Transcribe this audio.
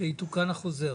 שיתוקן החוזר,